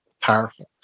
powerful